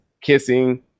kissing